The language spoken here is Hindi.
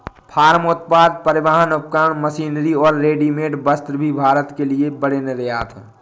फार्म उत्पाद, परिवहन उपकरण, मशीनरी और रेडीमेड वस्त्र भी भारत के लिए बड़े निर्यात हैं